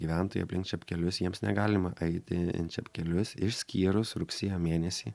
gyventojai aplink čepkelius jiems negalima eiti čepkelius išskyrus rugsėjo mėnesį